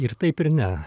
ir taip ir ne